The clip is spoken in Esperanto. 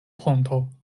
ponto